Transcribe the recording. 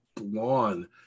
lawn